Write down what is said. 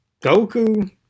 Goku